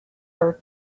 her